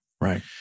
right